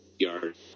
yard